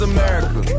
America